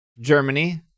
Germany